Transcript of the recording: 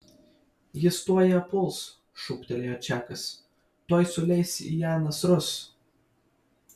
jis tuoj ją puls šūktelėjo čakas tuoj suleis į ją nasrus